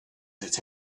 that